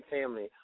family